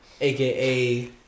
aka